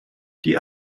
die